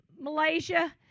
Malaysia